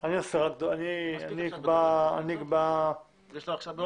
אני אקבע דואר